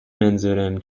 منظورم